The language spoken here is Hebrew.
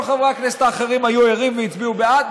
כל חברי הכנסת האחרים היו ערים והצביעו בעד,